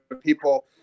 people